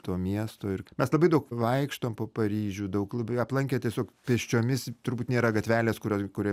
to miesto ir mes labai daug vaikštom po paryžių daug labai aplankę tiesiog pėsčiomis turbūt nėra gatvelės kurios kuri